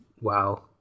wow